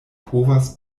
povas